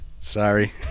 Sorry